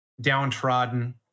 downtrodden